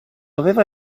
aveva